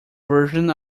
version